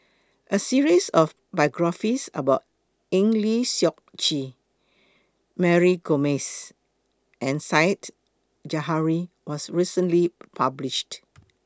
A series of biographies about Eng Lee Seok Chee Mary Gomes and Said Zahari was recently published